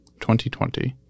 2020